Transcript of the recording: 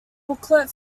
booklet